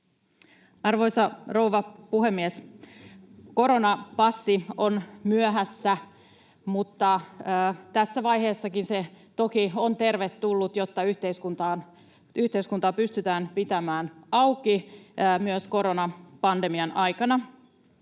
Arvoisa rouva puhemies! Koronapassi on myöhässä, mutta tässä vaiheessakin se toki on tervetullut, jotta yhteiskuntaa pystytään pitämään auki myös koronapandemian aikana.